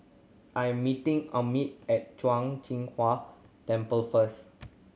I am meeting Emit at Zhuang Jin Huang Temple first